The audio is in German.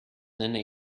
nenne